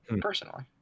personally